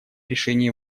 решении